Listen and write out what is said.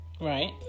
right